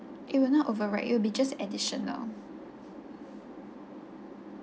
it will not override it will be just additional